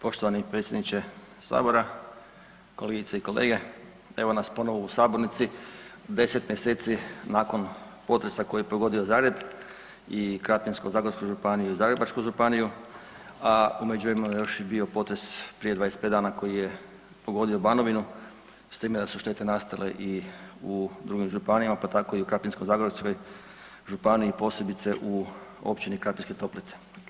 Poštovani predsjedniče sabora, kolegice i kolege evo nas ponovo u sabornici 10 mjeseci nakon potresa koji je pogodio Zagreb i Krapinsko-zagorsku županiju i Zagrebačku županiju, a u međuvremenu je još i bio potres prije 25 dana koji je pogodio Banovinu s time da su štete nastale i u drugim županijama pa tako i u Krapinsko-zagorskoj županiji posebice u općini Krapinske Toplice.